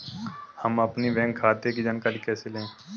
हम अपने बैंक खाते की जानकारी कैसे लें?